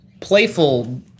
playful